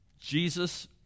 Jesus